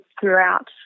throughout